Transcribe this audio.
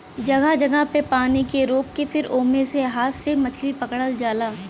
जगह जगह पे पानी रोक के फिर ओमे से हाथ से मछरी पकड़ल जाला